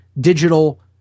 digital